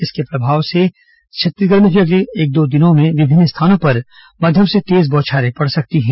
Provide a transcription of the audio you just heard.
इसके प्रभाव से छत्तीसगढ़ में भी अगले दो दिनों में विभिन्न स्थानों पर मध्यम से तेज बौछारें पड़ सकती है